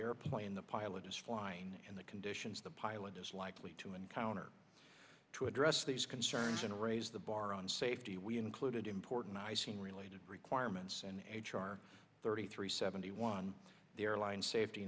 airplane the pilot is flying in the conditions the pilot is likely to encounter to address these concerns and raise the bar on safety we included important icing related requirements and h r thirty three seventy one line safety